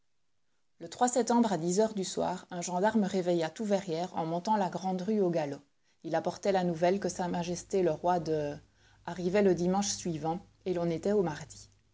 le septembre à dix heures du soir un gendarme réveilla tout verrières en montant la grande rue au galop il apportait la nouvelle que sa majesté le roi de arrivait le dimanche suivant et l'on était au mardi